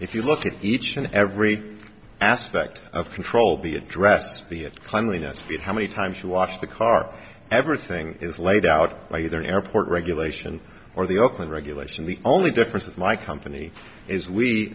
if you look at each and every aspect of control be addressed be at cleanliness food how many times you wash the car everything is laid out by either an airport regulation or the oakland regulation the only difference with my company is we